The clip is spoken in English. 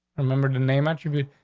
remember the name it should be.